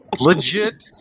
Legit